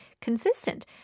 consistent